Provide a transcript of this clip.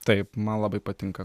taip man labai patinka